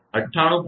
6 તેથી 998